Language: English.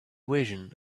vision